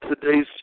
today's